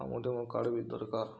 ଆଉ ମୋତେ ମୋ କାର୍ଡ଼ ବି ଦରକାର୍